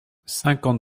cinquante